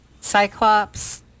Cyclops